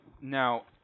now